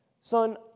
Son